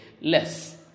less